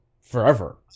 forever